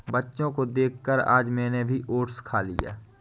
बच्चों को देखकर आज मैंने भी ओट्स खा लिया